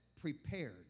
prepared